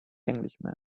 englishman